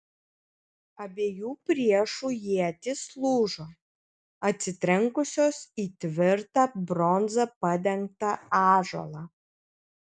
abiejų priešų ietys lūžo atsitrenkusios į tvirta bronza padengtą ąžuolą